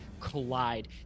collide